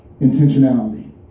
intentionality